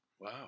Wow